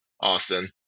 austin